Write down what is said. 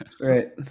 Right